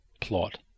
plot